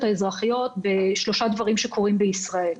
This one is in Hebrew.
האזרחיות בשלושה דברים שקורים בישראל.